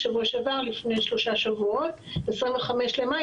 לפני שלושה שבועות ב-25 במאי,